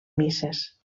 misses